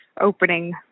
opening